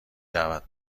دعوت